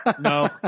No